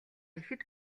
ихэд